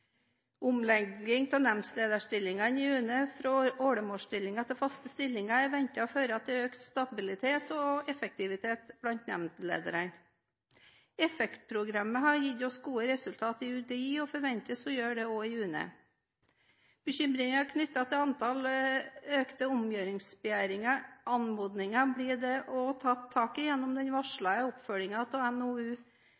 Omlegging av nemndlederstillingene i UNE fra åremålsstillinger til faste stillinger er ventet å føre til økt stabilitet og effektivitet blant nemndlederne. EFFEKT-programmet har gitt gode resultater i UDI, og forventes å gi det også i UNE. Bekymringen knyttet til økt antall omgjøringsbegjæringer blir det også tatt tak i gjennom den